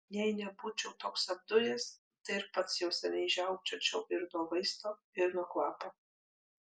jei nebūčiau toks apdujęs tai ir pats jau seniai žiaukčiočiau ir nuo vaizdo ir nuo kvapo